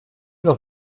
doch